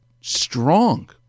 strong